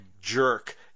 jerk